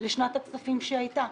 לשנת הכספים שהייתה.